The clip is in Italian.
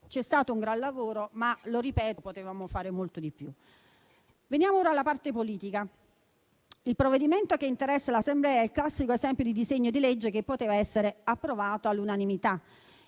C'è stato un gran lavoro ma - lo ripeto - potevamo fare molto di più. Veniamo ora alla parte politica. Il provvedimento che interessa l'Assemblea è il classico esempio di disegno di legge che poteva essere approvato all'unanimità.